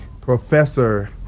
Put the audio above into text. Professor